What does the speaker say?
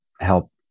help